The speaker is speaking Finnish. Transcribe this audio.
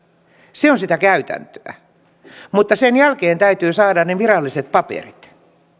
se on sitä käytäntöä mutta sen jälkeen täytyy saada ne viralliset paperit